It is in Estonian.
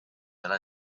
ole